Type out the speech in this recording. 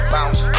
Bounce